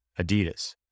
Adidas